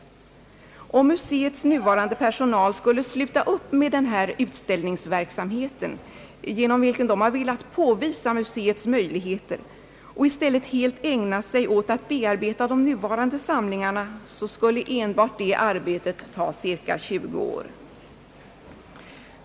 Om museets nuvarande personal skulle upphöra med utställningsverksamheten — genom vilken man velat påvisa museets möjligheter — och i stället helt ägna sig åt att bearbeta de nuvarande samlingarna så skulle enbart det arbetet ta cirka 20 år.